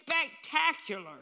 spectacular